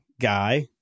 guy